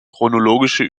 chronologische